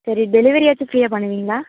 சரி டெலிவெரியாச்சும் ஃப்ரீயாக பண்ணுவிங்களா